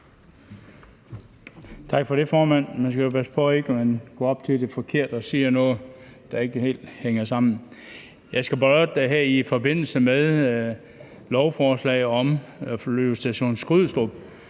Tak for det, formand. Man skal passe på, at man ikke går op til det forkerte forslag og siger noget, der ikke helt hænger sammen. Jeg skal blot i forbindelse med lovforslaget om Flyvestation Skrydstrup